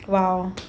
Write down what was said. well